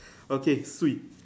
okay Swee